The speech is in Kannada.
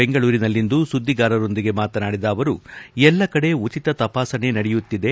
ಬೆಂಗಳೂರಿನಲ್ಲಿಂದು ಸುದ್ದಿಗಾರರೊಂದಿಗೆ ಮಾತನಾಡಿದ ಅವರು ಎಲ್ಲ ಕಡೆ ಉಚಿತ ತಪಾಸಣೆ ನಡೆಯುತ್ತಿದೆ